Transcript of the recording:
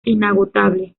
inagotable